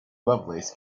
lovelace